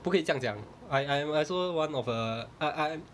不可以这样讲 I I am I also one of uh I I